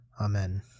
Amen